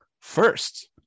first